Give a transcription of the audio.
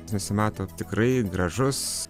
nusimato tikrai gražus